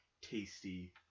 tasty